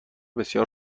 بسیار